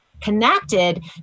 connected